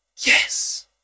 yes